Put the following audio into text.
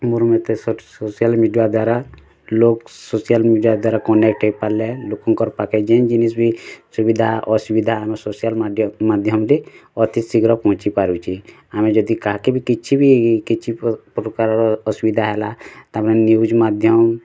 ମୋର ମୋତେ social media ଦ୍ଵାରା ଲୋକ ସୋସିଆଲ୍ ମିଡ଼ିଆ ଦ୍ଵାରା କନେକ୍ଟ ହେଇ ପାରିଲେ ଲୋକଙ୍କର୍ ପାଖେ ଯେନ୍ ଜିନିଷ୍ ବି ସୁବିଧା ଅସୁବିଧା ଆମ ସୋସିଆଲ୍ ମାଧ୍ୟମରେ ଅତି ଶୀଘ୍ର ପହଞ୍ଚି ପାରୁଛି ଆମେ ଯଦି କାକେ ବି କିଛି ବି କିଛି ପ୍ରକାର୍ ର ଅସୁବିଧା ହେଲା ତାମାନେ ନିୟୁଜ୍ ମାଧ୍ୟମ